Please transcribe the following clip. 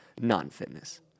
non-fitness